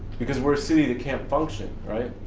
because we're a city that can't function, right?